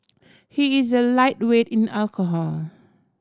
he is a lightweight in alcohol